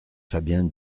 fabien